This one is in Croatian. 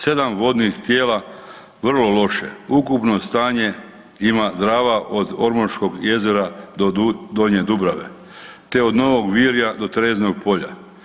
7 vodnih tijela vrlo loše, ukupno stanje ima Drava od Ormoškog jezera do Donje Dubrave te od Novog Vija do Terezinog polja.